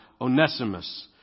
Onesimus